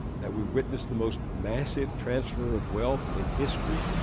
that we've witnessed the most massive transfer of wealth in history,